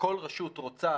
כל רשות רוצה